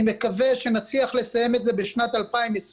אני מקווה שנצליח לסיים את זה בשנת 2020,